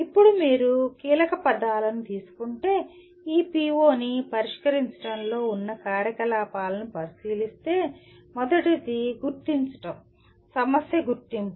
ఇప్పుడు మీరు కీలకపదాలను తీసుకుంటే ఈ PO ని పరిష్కరించడంలో ఉన్న కార్యకలాపాలను పరిశీలిస్తే మొదటది గుర్తించడం సమస్య గుర్తింపు